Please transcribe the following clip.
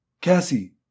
Cassie